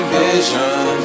vision